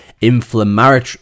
inflammatory